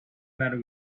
matter